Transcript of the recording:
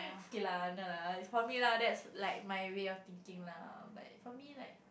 kay lah no lah for me lah that's like my way of thinking lah but for me like